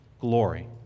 glory